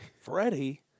Freddie